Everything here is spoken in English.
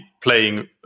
playing